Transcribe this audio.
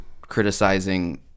criticizing